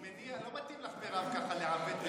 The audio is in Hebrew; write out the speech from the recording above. לא מתאים לך, מירב, ככה לעוות נתונים.